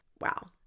Wow